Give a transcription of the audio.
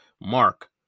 Mark